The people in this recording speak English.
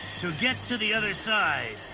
to get to the other side.